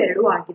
82 ಆಗಿದೆ